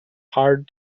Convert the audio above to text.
hard